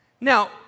Now